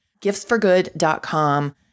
Giftsforgood.com